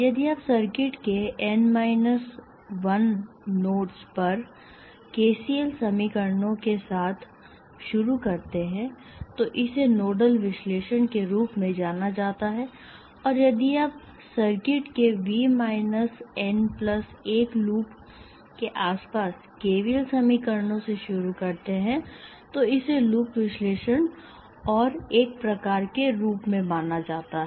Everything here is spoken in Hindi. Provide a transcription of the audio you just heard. यदि आप सर्किट के N माइनस 1 नोड्स पर केसीएल समीकरणों के साथ शुरू करते हैं तो इसे नोडल विश्लेषण के रूप में जाना जाता है और यदि आप सर्किट के V minus N plus 1 loop के आसपास केवीएल समीकरणों से शुरू करते हैं तो इसे लूप विश्लेषण और एक प्रकार के रूप में जाना जाता है